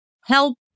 help